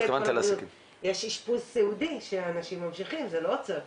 יש אשפוז סיעודי שאנשים ממשיכים וזה לא עוצר.